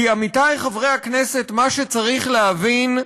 כי, עמיתי חברי הכנסת, מה שצריך להבין: